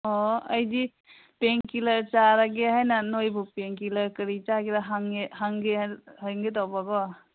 ꯑꯣ ꯑꯩꯗꯤ pain killer ꯆꯥꯔꯒꯦ ꯍꯥꯏꯅ ꯅꯣꯏꯕꯨ ꯄꯦꯟ ꯀꯤꯂꯔ ꯀꯔꯤ ꯆꯥꯒꯦꯔ ꯍꯪꯒꯦ ꯇꯧꯕ ꯀꯣ